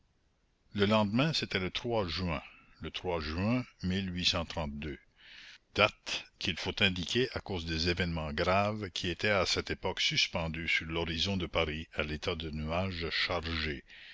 le lendemain c'était le juin le juin date qu'il faut indiquer à cause des événements graves qui étaient à cette époque suspendus sur l'horizon de paris à l'état de nuages chargés